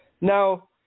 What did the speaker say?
Now